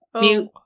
Mute